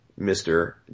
Mr